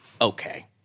Okay